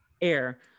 air